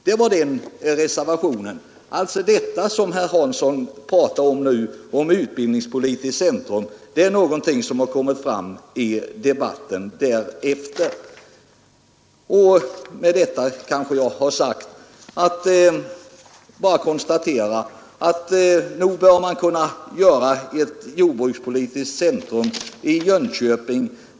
Det var alltså den reservationen, och det utbildningspolitiska centrum som herr Hansson i Skegrie nu talar om är någonting som kommit fram i debatten därefter. Därmed vill jag bara konstatera att nog bör man kunna upprätta ett jordbrukspolitiskt centrum i Jönköping.